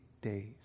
days